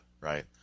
right